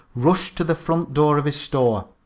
rushed to the front door of his store.